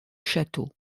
château